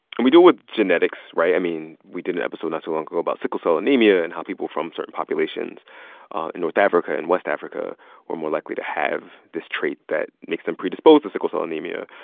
and we do it with genetics, right? i mean, we did an episode not too long ago about sickle cell anemia and how people from certain populations in north africa and west africa were more likely to have this trait that makes them predisposed to sickle cell anemia.